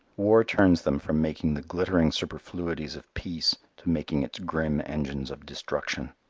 war turns them from making the glittering superfluities of peace to making its grim engines of destruction.